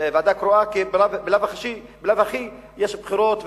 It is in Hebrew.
קרואה כי בלאו הכי יש בחירות,